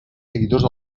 seguidors